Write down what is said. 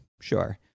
sure